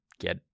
get